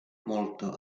molto